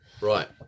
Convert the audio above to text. Right